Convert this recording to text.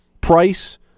Price